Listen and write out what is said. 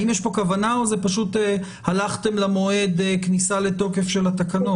האם יש פה כוונה או פשוט הלכתם למועד כניסה לתוקף של תקנות?